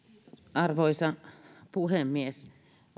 arvoisa puhemies